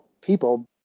people